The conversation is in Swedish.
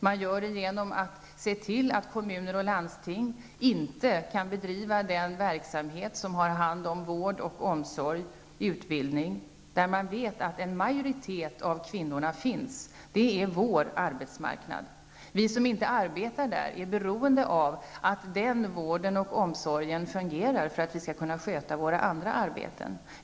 Man gör det genom att se till att kommuner och landsting inte kan bedriva den verksamhet inom vård, omsorg och utbildning där man vet att en majoritet av kvinnorna finns. Det är vår arbetsmarknad. Vi som inte arbetar där är beroende av att den vården och omsorgen fungerar för att vi skall kunna sköta våra andra arbeten.